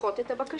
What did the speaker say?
לדחות את הבקשה,